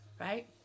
right